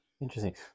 Interesting